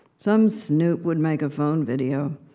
some snoop would make a phone video.